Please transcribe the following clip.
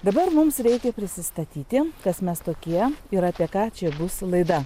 dabar mums reikia prisistatyti kas mes tokie ir apie ką čia bus laida